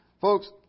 Folks